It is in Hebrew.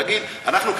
להגיד: אנחנו,